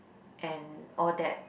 and all that